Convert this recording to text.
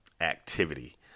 activity